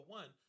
one